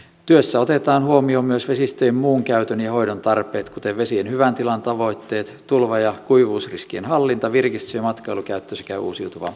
työssä otetaan huomioon myös vesistöjen muun käytön ja hoidon tarpeet kuten vesien hyvän tilan tavoitteet tulva ja kuivuusriskien hallinta virkistys ja matkailukäyttö sekä uusiutuva energia